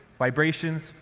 vibrations,